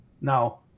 Now